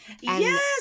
Yes